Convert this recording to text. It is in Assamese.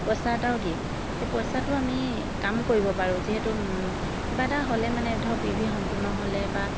পইচা এটাও দিয়ে সেই পইচাটো আমি কাম কৰিব পাৰোঁ যিহেতু কিবা এটা হ'লে মানে ধৰক বি ভি সম্পূৰ্ণ হ'লে বা